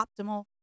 optimal